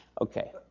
Okay